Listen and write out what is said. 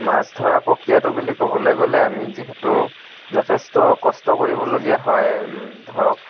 মাছ ধৰা প্ৰক্ৰিয়াটো বুলি ক'বলৈ গ'লে আমি যিহেতু যথেষ্ট কষ্ট কৰিবলগীয়া হয় ধৰক